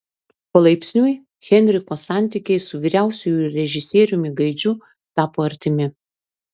palaipsniui henriko santykiai su vyriausiuoju režisieriumi gaidžiu tapo artimi